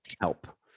help